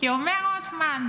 כי אומר רוטמן: